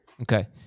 Okay